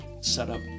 setup